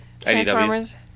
Transformers